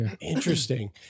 Interesting